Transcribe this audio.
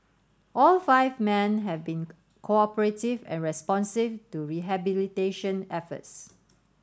all five men had been cooperative and responsive to rehabilitation efforts